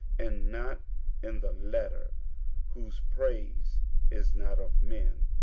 and not in the letter whose praise is not of men,